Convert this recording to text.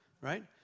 Right